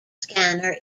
scanner